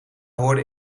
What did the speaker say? hoorde